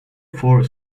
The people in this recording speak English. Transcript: four